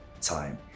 time